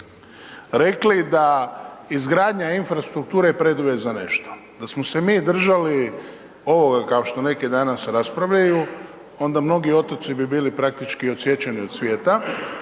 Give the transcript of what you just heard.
rekli da izgradnja infrastrukture preduvjet za nešto. Da smo se mi držali ovoga kao što neki danas raspravljaju onda mnogi otoci bi bili praktički odsječeni od svijeta,